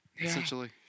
essentially